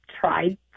tried